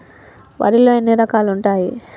వరిలో ఎన్ని రకాలు ఉంటాయి?